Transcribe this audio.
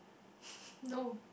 no